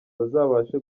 bazabashe